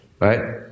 Right